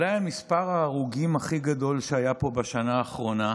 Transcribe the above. אולי במספר ההרוגים הכי גדול שהיה פה בשנה האחרונה,